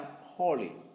holy